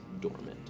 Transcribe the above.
dormant